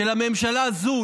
של הממשלה הזו,